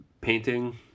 painting